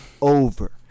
over